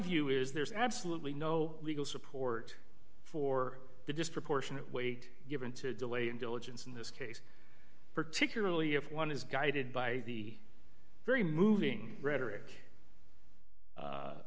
view is there's absolutely no legal support for the disproportionate weight given to delay and diligence in this case particularly if one is guided by the very moving rhetoric